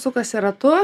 sukasi ratu